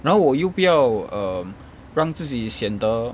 然后我又不要 um 让自己显得